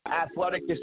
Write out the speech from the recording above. Athletic